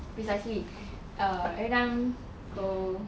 precisely err everytime go